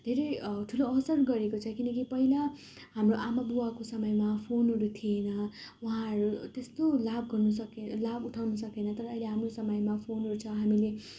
धेरै ठुलो अवसर गरेको छ किनकि पहिला हाम्रो आमाबुबाको समयमा फोनहरू थिएन उहाँहरू त्यस्तो लाभ गर्नुसके लाभ उठाउनु सकेन तर अहिले हाम्रो समयमा फोनहरू छ हामीले